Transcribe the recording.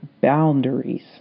boundaries